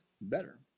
better